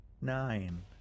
Nine